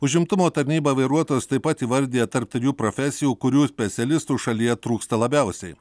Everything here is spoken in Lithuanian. užimtumo tarnyba vairuotojus taip pat įvardija tarp trijų profesijų kurių specialistų šalyje trūksta labiausiai